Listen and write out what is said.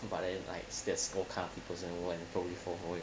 but then you like their scorecard of peoples in the world and probably for holy